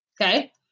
Okay